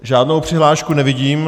Žádnou přihlášku nevidím.